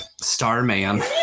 Starman